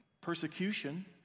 persecution